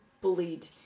bullied